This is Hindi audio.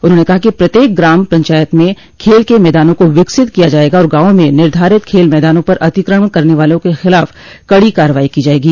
उन्होंने कहा कि प्रत्येक ग्राम पचायत में खेल के मैदानों को विकसित किया जायेगा और गांवों में निर्धारित खेल मैदानों पर अतिक्रमण करने वालों के खिलाफ़ कड़ी कार्रवाई की जायेगी